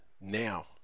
now